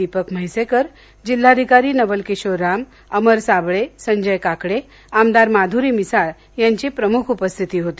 दिपक म्हैसेकर जिल्हाधिकारी नवल किशोर राम अमर साबळे संजय काकडे आमदार माध्ररी मिसाळ यांची प्रमुख उपस्थिती होती